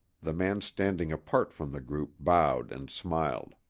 the man standing apart from the group bowed and smiled.